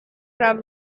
from